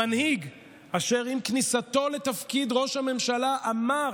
המנהיג אשר עם כניסתו לתפקיד ראש הממשלה אמר